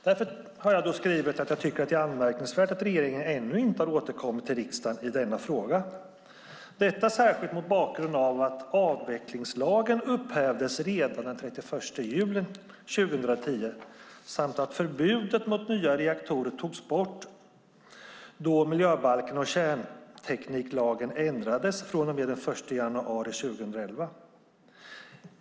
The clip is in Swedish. Därför har jag skrivit att jag tycker att det är anmärkningsvärt att regeringen ännu inte har återkommit till riksdagen i denna fråga, särskilt mot bakgrund av att avvecklingslagen upphävdes redan den 31 juli 2010 och att förbudet mot nya reaktorer togs bort då miljöbalken och kärntekniklagen ändrades den 1 januari 2011.